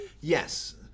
yes